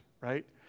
right